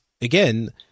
again